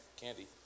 candy